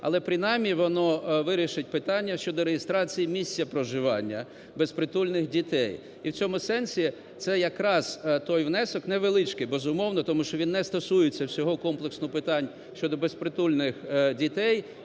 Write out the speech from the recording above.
але принаймні воно вирішить питання щодо реєстрації місця проживання безпритульних дітей. І в цьому сенсі це якраз той внесок невеличкий, безумовно, тому що він не стосується всього комплексно питань щодо безпритульних дітей,